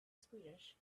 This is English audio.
swedish